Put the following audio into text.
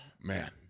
Man